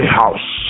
house